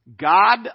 God